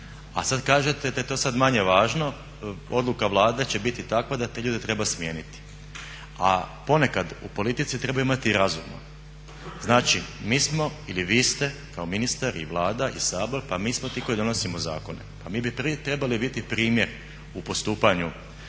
A sad kažete da je to sad manje važno, odluka Vlade će biti takva da te ljude treba smijeniti. A ponekad u politici treba imati i razuma. Znači mi smo ili vi ste kao ministar, i Vlada i Sabor pa mi smo ti koji donosimo zakone, pa mi bi prije trebali biti primjer u postupanju